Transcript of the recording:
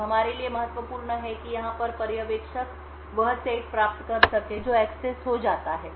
अब हमारे लिए महत्वपूर्ण है कि यहाँ पर पर्यवेक्षक वह सेट प्राप्त कर सके जो एक्सेस हो जाता है